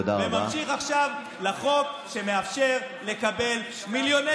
וממשיך עכשיו לחוק שמאפשר לקבל מיליוני